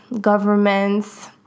governments